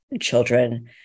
children